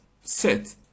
set